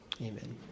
Amen